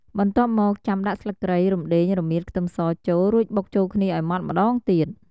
បន្ទាប់មក ចាំដាក់ស្លឹកគ្រៃ រំដេង រមៀត ខ្ទឹមសចូល រួចបុកចូលគ្នាឱ្យម៉ដ្ឋម្តងទៀត។